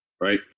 right